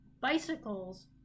bicycles